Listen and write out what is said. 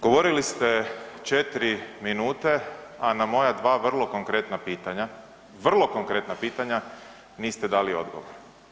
Govorili ste četiri minute, a na moja dva vrlo konkretna pitanja, vrlo konkretna pitanja niste dali odgovor.